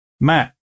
Matt